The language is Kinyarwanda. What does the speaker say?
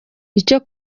icyo